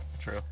true